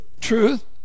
truth